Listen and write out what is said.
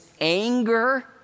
anger